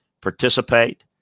Participate